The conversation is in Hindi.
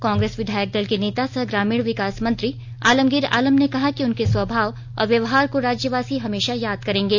कांग्रेस विधायक दल के नेता सह ग्रामीण विकास मंत्री आलमगीर आलम ने कहा कि उनके स्वभाव और व्यवहार को राज्यवासी हमेशा याद करेंगे